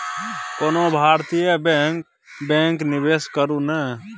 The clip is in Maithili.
कोनो भारतीय बैंक मे निवेश करू ने